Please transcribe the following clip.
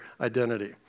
identity